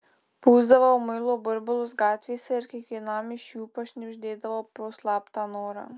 pūsdavau muilo burbulus gatvėse ir kiekvienam iš jų pašnibždėdavau po slaptą norą